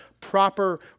proper